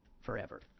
forever